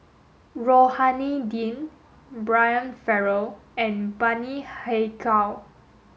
Rohani Din Brian Farrell and Bani Haykal